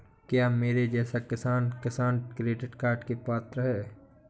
क्या मेरे जैसा किसान किसान क्रेडिट कार्ड के लिए पात्र है?